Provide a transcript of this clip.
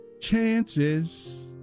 chances